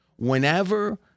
Whenever